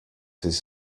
his